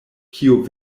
kiu